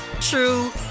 true